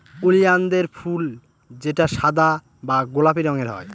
ওলিয়ানদের ফুল যেটা সাদা বা গোলাপি রঙের হয়